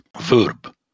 verb